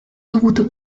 dovuto